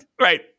right